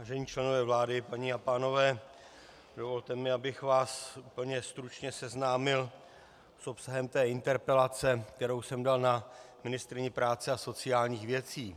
Vážení členové vlády, paní a pánové, dovolte mi, abych vás úplně stručně seznámil s obsahem interpelace, kterou jsem dal na ministryni práce a sociálních věcí.